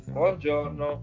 buongiorno